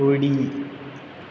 उडी